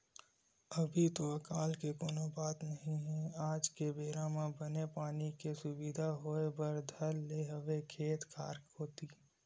अभी तो अकाल के कोनो बात नई हे आज के बेरा म बने पानी के सुबिधा होय बर धर ले हवय खेत खार कोती